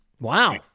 Wow